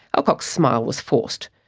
alcock's smile was forced.